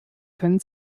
können